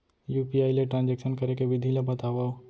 UPI ले transaction करे के विधि ला बतावव?